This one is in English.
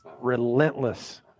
Relentless